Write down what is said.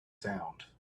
sound